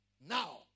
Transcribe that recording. Now